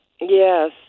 Yes